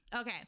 okay